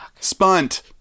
Spunt